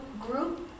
group